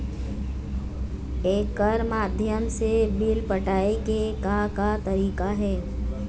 एकर माध्यम से बिल पटाए के का का तरीका हे?